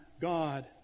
God